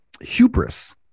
hubris